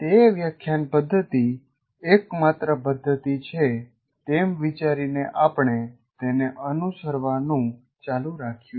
તે વ્યાખ્યાન પદ્ધતિ એક માત્ર પ્રદ્ધતી છે તેમ વિચારીને આપણે તેને અનુસરવાનું ચાલુ રાખ્યું છે